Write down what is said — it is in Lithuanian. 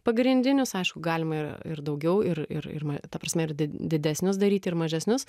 pagrindinius aišku galima ir daugiau ir ir ma ta prasme ir di didesnius daryti ir mažesnius